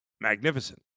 magnificent